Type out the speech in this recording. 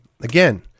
Again